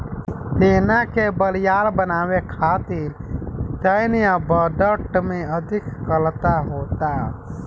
सेना के बरियार बनावे खातिर सैन्य बजट में अधिक खर्चा होता